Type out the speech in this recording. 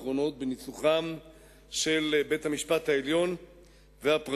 אנשים ברחוב אם בית-המשפט העליון שלנו